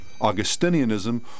Augustinianism